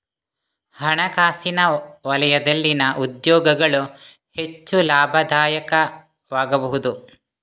ಹಣಕಾಸಿನ ವಲಯದಲ್ಲಿನ ಉದ್ಯೋಗಗಳು ಹೆಚ್ಚು ಲಾಭದಾಯಕವಾಗಬಹುದು